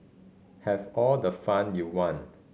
have all the fun you want